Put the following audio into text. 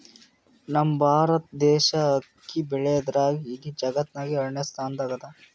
ನಮ್ ಭಾರತ್ ದೇಶ್ ಅಕ್ಕಿ ಬೆಳ್ಯಾದ್ರ್ದಾಗ್ ಇಡೀ ಜಗತ್ತ್ನಾಗೆ ಎರಡನೇ ಸ್ತಾನ್ದಾಗ್ ಅದಾ